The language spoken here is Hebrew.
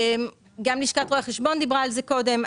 גם לשכת רואי חשבון דיברה על זה קודם.